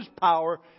power